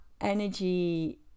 energy